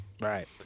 Right